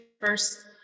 first